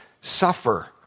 suffer